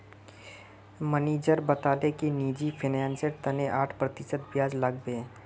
manager बताले कि निजी फिनांसेर तने आठ प्रतिशत ब्याज लागबे